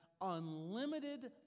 unlimited